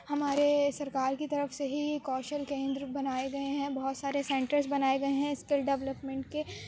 ہمارے سرکار کی طرف سے ہی کوشل کیندر بنائے گئے ہیں بہت سارے سینٹرس بنائے گئے ہیں اسکل ڈیولپمنٹ کے